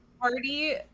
party